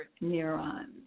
neurons